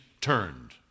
turned